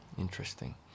Interesting